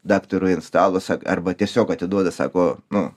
daktarui ant stalo sak arba tiesiog atiduoda sako nu